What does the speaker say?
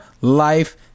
Life